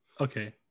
Okay